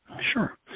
sure